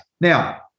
Now